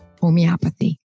homeopathy